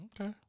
Okay